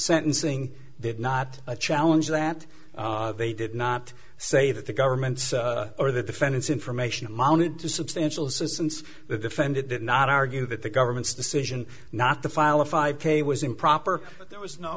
sentencing did not challenge that they did not say that the government's or the defendants information amounted to substantial assistance the defendant did not argue that the government's decision not to file a five k was improper there was no